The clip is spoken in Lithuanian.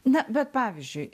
na bet pavyzdžiui